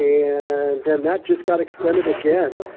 and then that just got extended again.